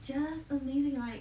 just amazing right